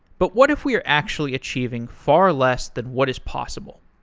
but what if we are actually achieving far less than what is possible?